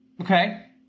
Okay